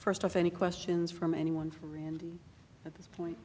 first off any questions from anyone from randy at this point